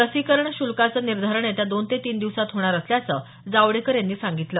लसीकरण शुल्काचं निर्धारण येत्या दोन ते तीन दिवसांत होणार असल्याचं जावडेकर यांनी सांगितलं